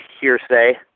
hearsay